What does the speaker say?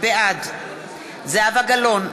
בעד זהבה גלאון,